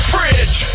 Fridge